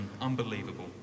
unbelievable